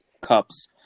cups